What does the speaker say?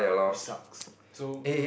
which sucks so